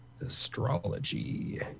astrology